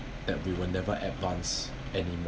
that we will never advance anymore